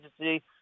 agency